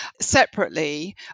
separately